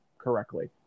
correctly